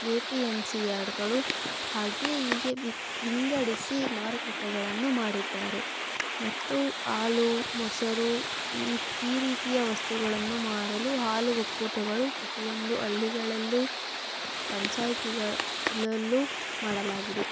A P M C ಯಾರ್ಡ್ಗಳು ಹಾಗೆ ಹೀಗೆ ವಿ ವಿಂಗಡಿಸಿ ಮಾರುಕಟ್ಟೆಗಳನ್ನು ಮಾಡಿದ್ದಾರೆ ಮತ್ತು ಹಾಲು ಮೊಸರು ಈ ಈ ರೀತಿಯ ವಸ್ತುಗಳನ್ನು ಮಾರಲು ಹಾಲು ಒಕ್ಕೂಟಗಳು ಪ್ರತಿಯೊಂದು ಹಳ್ಳಿಗಳಲ್ಲೂ ಪಂಚಾಯಿತಿಗಳ ಲಲ್ಲೂ ಮಾಡಲಾಗಿದೆ